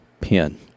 pin